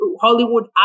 Hollywood